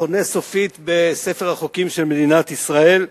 וחונה סופית בספר החוקים של מדינת ישראל.